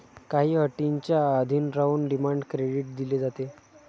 काही अटींच्या अधीन राहून डिमांड क्रेडिट दिले जाते